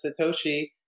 Satoshi